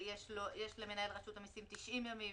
שיש למנהל רשות המיסים 90 ימים.